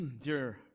Dear